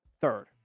third